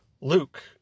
Luke